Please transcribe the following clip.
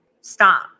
stop